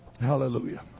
Hallelujah